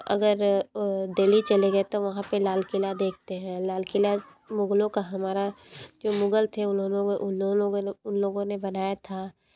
अगर ओ देली चले गए तो वहाँ पे लाल किला देखते हैं लाल किला मुगलों का हमारा जो मुगल थे उन्होंने वो उन लोगों ने उन लोगों ने बनाया था